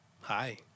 Hi